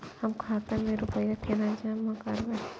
हम खाता में रूपया केना जमा करबे?